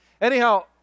Anyhow